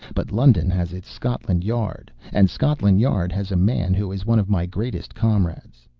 but london has its scotland yard, and scotland yard has a man who is one of my greatest comrades.